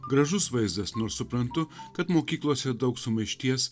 gražus vaizdas nors suprantu kad mokyklose daug sumaišties